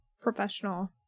professional